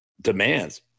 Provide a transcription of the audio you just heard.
demands